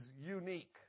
unique